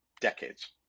decades